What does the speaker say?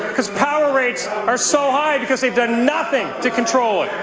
because power rates are so high because they've done nothing to control.